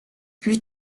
plus